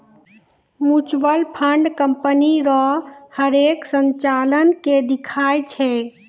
mutual fund company रो हरेक संचालन के दिखाय छै